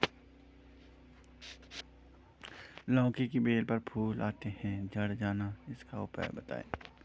लौकी की बेल पर फूल आते ही झड़ जाना इसका उपाय बताएं?